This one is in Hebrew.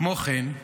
כמו כן,